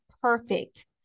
perfect